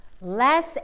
less